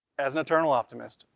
as an eternal optimist,